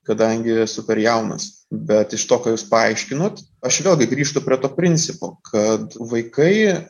kadangi esu per jaunas bet iš to ką jūs paaiškinot aš vėlgi grįžtu prie to principo kad vaikai